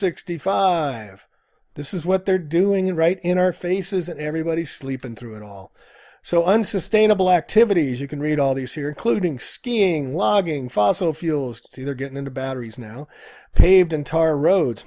sixty five this is what they're doing right in our faces and everybody sleeping through it all so unsustainable activities you can read all these here including skiing logging fossil fuels to either get into batteries now paved in tar roads